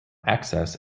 access